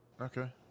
Okay